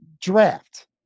draft